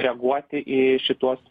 reaguoti į šituos